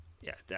Yes